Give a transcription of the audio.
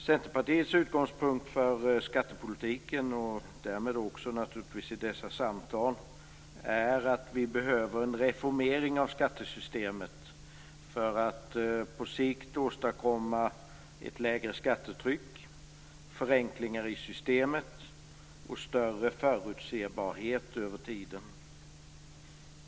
Centerpartiets utgångspunkt för skattepolitiken och därmed naturligtvis också för dessa samtal är att vi behöver en reformering av skattesystemet för att på sikt åstadkomma ett lägre skattetryck, förenklingar i systemet och större förutsägbarhet över tiden.